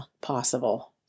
possible